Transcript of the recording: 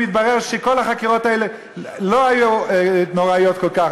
אם יתברר שכל החקירות האלה לא היו נוראיות כל כך,